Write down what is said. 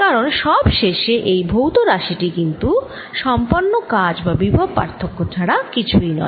কারণ সব শেষে এই ভৌত রাশি টি কিন্তু সম্পন্ন কাজ বা বিভব পার্থক্য ছাড়া কিছুই নয়